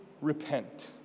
repent